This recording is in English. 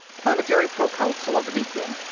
planetary proconsul of aditya,